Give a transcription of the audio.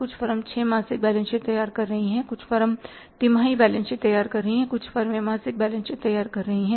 कुछ फर्म 6 मासिक balance sheet तैयार कर रही हैं कुछ फर्म तिमाही बैलेंस शीट तैयार कर रही हैं कुछ फर्म मासिक बैलेंस शीट तैयार कर रही हैं